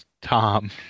Tom